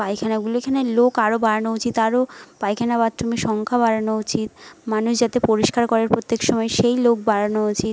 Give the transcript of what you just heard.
পায়খানাগুলো এখানে লোক আরও বাড়ানো উচিত আরও পায়খানা বাথরুমের সংখ্যা বাড়ানো উচিত মানুষ যাতে পরিষ্কার করে প্রত্যেক সময়ে সেই লোক বাড়ানো উচিত